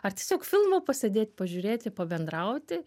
ar tiesiog filmą pasėdėt pažiūrėti pabendrauti